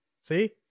see